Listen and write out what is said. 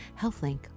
HealthLink